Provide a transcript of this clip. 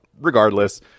regardless